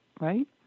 right